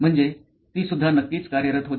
म्हणजे ती सुद्धा नक्कीच कार्यरत होती